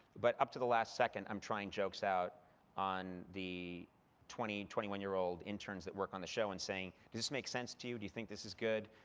but up to the last second, i'm trying jokes out on the twenty twenty one year old interns that work on the show, and saying, does this makes sense to you? do you think this is good?